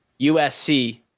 USC